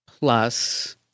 plus